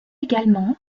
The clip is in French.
également